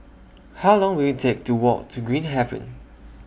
How Long Will IT Take to Walk to Green Haven